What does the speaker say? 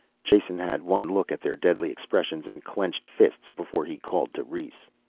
jason had one look at their deadly expressions and clenched fists before he called to rhes.